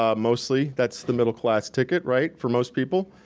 ah mostly that's the middle class ticket, right, for most people.